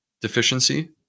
deficiency